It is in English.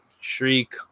shriek